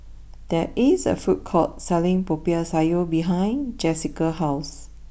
there is a food court selling Popiah Sayur behind Jesica's house